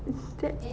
mm kat~